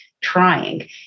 trying